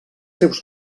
seus